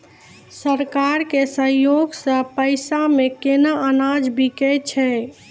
सरकार के सहयोग सऽ पैक्स मे केना अनाज बिकै छै?